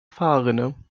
fahrrinne